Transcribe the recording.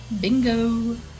Bingo